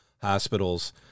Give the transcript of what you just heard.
hospitals